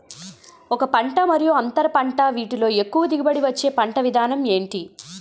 ఒక పంట మరియు అంతర పంట వీటిలో ఎక్కువ దిగుబడి ఇచ్చే పంట విధానం ఏంటి?